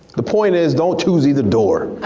the point is, don't choose either door.